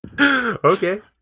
Okay